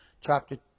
chapter